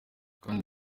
kandi